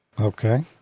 Okay